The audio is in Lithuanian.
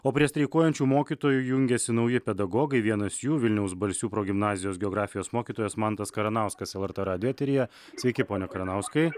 o prie streikuojančių mokytojų jungiasi nauji pedagogai vienas jų vilniaus balsių progimnazijos geografijos mokytojas mantas karanauskas lrt radijo eteryje sveiki pone karanauskai